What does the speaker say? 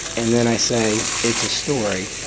and then i say, it's a story,